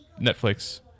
Netflix